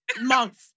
month